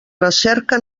recerca